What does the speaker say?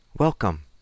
Welcome